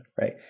right